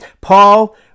Paul